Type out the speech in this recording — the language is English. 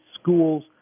schools